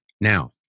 Now